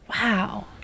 wow